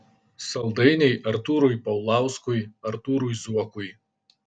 saldainiai artūrui paulauskui artūrui zuokui